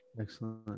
Excellent